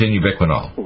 ubiquinol